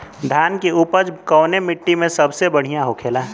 धान की उपज कवने मिट्टी में सबसे बढ़ियां होखेला?